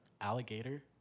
alligator